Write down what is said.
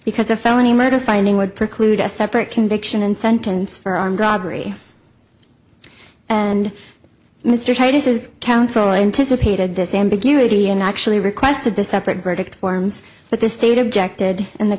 because a felony murder finding would preclude a separate conviction and sentence for armed robbery and mr titus is counsel anticipated this ambiguity and actually requested the separate verdict forms but the state objected and the